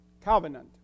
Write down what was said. covenant